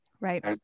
Right